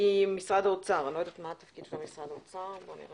המרכז לגביית קנסות ומנסים